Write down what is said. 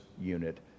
unit